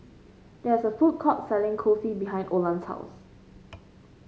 there is a food court selling Kulfi behind Olan's house